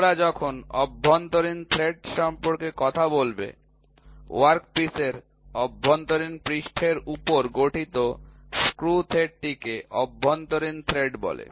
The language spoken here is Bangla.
তোমরা যখন অভ্যন্তরীণ থ্রেড সম্পর্কে কথা বলবে ওয়ার্কপিস এর অভ্যন্তরীণ পৃষ্ঠের উপর গঠিত স্ক্রু থ্রেডটিকে অভ্যন্তরীণ থ্রেড বলে